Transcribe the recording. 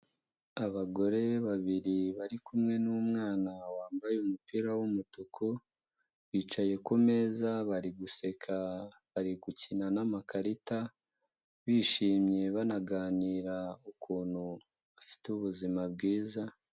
Abagore babiri bari kumwe n'umwana wambaye umupira w'umutuku, bicaye kumeza bari guseka bari gukina n'amakarita, bishimye banaganira ukuntu bafite ubuzima bwiza.